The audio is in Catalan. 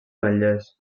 ametllers